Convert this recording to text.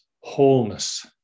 wholeness